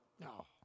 no